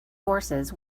forces